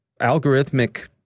algorithmic